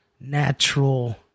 natural